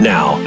Now